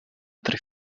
tre